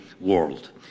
world